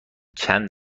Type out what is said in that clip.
چند